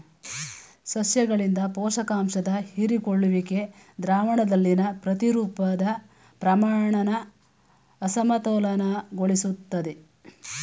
ಸಸ್ಯಗಳಿಂದ ಪೋಷಕಾಂಶದ ಹೀರಿಕೊಳ್ಳುವಿಕೆ ದ್ರಾವಣದಲ್ಲಿನ ಪ್ರತಿರೂಪದ ಪ್ರಮಾಣನ ಅಸಮತೋಲನಗೊಳಿಸ್ತದೆ